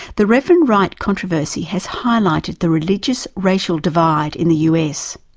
the reverend wright controversy has highlighted the religious racial divide in the us.